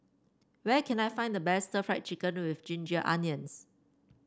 where can I find the best stir Fry Chicken with Ginger Onions